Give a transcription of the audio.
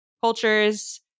cultures